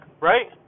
right